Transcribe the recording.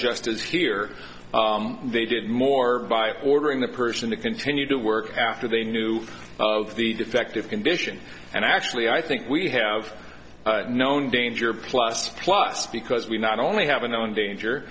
as here they did more by ordering the person to continue to work after they knew of the defective condition and actually i think we have known danger plus plus because we not only have a known danger